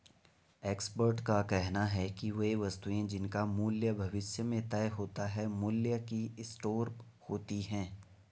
expert का कहना है कि वे वस्तुएं जिनका मूल्य भविष्य में तय होता है मूल्य की स्टोर होती हैं